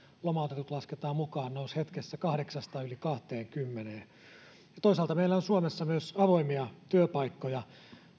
lomautetut lasketaan mukaan nousi hetkessä kahdeksasta yli kahteenkymmeneen toisaalta meillä on suomessa myös avoimia työpaikkoja